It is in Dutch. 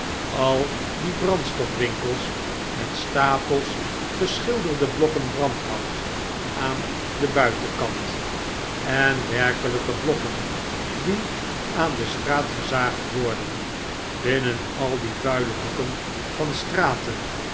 al die brandstof winkels met stapels geschilderde blokken brandhout aan den buitenkant en werkelyke blokken die aan de straat gezaagd worden binnen al die vuile hoeken van straten